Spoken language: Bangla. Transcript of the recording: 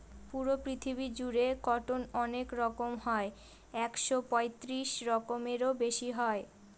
পুরো পৃথিবী জুড়ে কটন অনেক রকম হয় একশো পঁয়ত্রিশ রকমেরও বেশি হয়